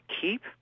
keep